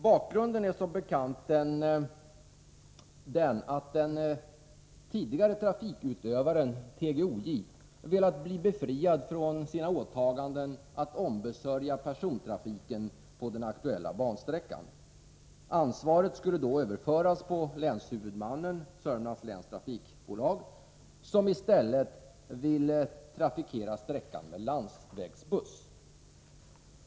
Bakgrunden till frågan är att den tidigare trafikutövaren, TGOJ, har velat bli befriad från sina åtaganden att ombesörja persontrafiken på den aktuella bansträckan. Ansvaret skulle då överföras på länshuvudmannen, Södermanlands Läns Trafik AB, som i stället vill trafikera sträckan med landsvägsbuss.